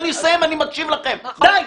די.